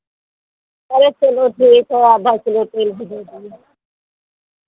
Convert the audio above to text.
अरे चलो ठीक है आधा किलो तेल भी दे दिए